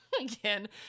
again